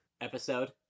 episode